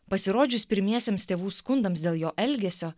pasirodžius pirmiesiems tėvų skundams dėl jo elgesio